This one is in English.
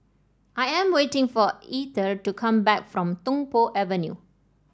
I am waiting for Ether to come back from Tung Po Avenue